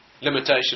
limitation